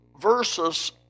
versus